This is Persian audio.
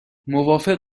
موافق